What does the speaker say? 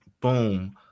boom